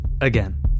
again